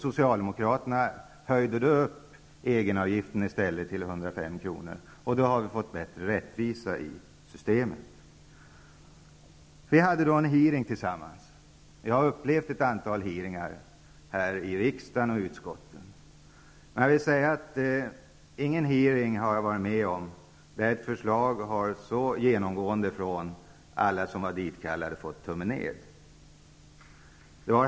Socialdemokraterna har därför i sitt förslag höjt egenavgiften till 105 kr., och vi har därmed fått en större rättvisa i systemet. Vi hade en utfrågning i detta ärende. Jag har upplevt ett antal utskottsutfrågningar här i riksdagen, men jag har inte varit med om någon utfrågning där ett förslag så genomgående av alla de utfrågade har fått tummen ned.